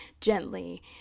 gently